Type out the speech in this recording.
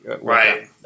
Right